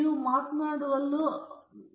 ನಾವು ಮಾಡಿದ ಬಾಹ್ಯರೇಖೆಯನ್ನು ನಾವು ಒದಗಿಸಬೇಕಾಗಿದೆ